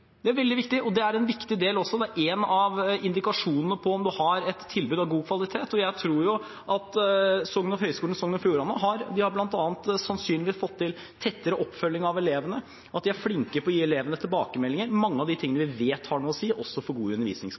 Det er en veldig viktig del også. Det er en av indikasjonene på om man har et tilbud av god kvalitet. Og jeg tror at Høgskulen i Sogn og Fjordane sannsynligvis har fått til bl.a. tettere oppfølging av elevene, at de er flinke på å gi elevene tilbakemeldinger – mye av det vi vet har noe å si også for god